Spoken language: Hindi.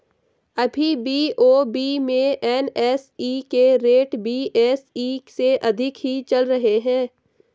अभी बी.ओ.बी में एन.एस.ई के रेट बी.एस.ई से अधिक ही चल रहे हैं